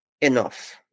enough